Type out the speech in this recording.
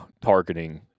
targeting